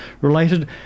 related